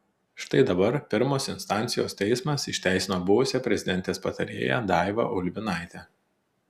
štai dabar pirmos instancijos teismas išteisino buvusią prezidentės patarėją daivą ulbinaitę